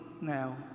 now